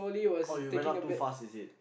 oh you went out too fast is it